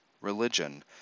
religion